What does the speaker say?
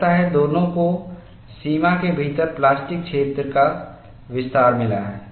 लगता है दोनों को सीमा के भीतर प्लास्टिक क्षेत्र का विस्तार मिला है